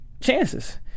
chances